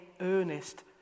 earnest